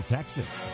Texas